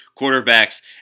quarterbacks